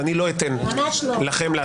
ואני לא אתן לכם לעשות את זה.